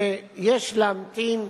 ויש להמתין,